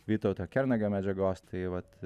vytauto kernagio medžiagos tai vat